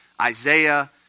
Isaiah